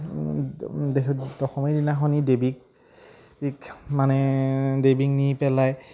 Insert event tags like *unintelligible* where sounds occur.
*unintelligible* দশমীৰ দিনাখন দেৱীক মানে দেৱীক নি পেলাই